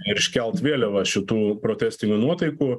ir iškelt vėliavą šitų protestinių nuotaikų